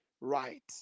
right